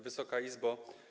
Wysoka Izbo!